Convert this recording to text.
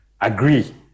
agree